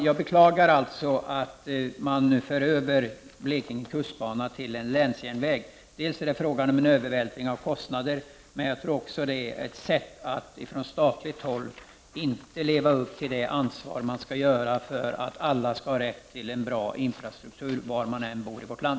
Jag beklagar alltså att man för över Blekinge kustbana till en länsjärnväg. Dels är det fråga om en övervältring av kostnader, dels ett sätt från statligt håll att inte leva upp till det ansvar som man har för att alla skall ha rätt till en bra infrastruktur var man än bor i vårt land.